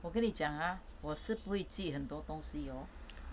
我跟你讲 ah 我是不会记很多东西 hor